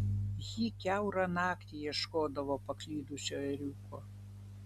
ji kiaurą naktį ieškodavo paklydusio ėriuko